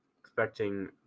expecting